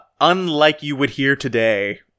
unlike-you-would-hear-today